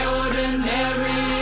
ordinary